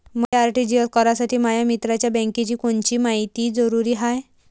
मले आर.टी.जी.एस करासाठी माया मित्राच्या बँकेची कोनची मायती जरुरी हाय?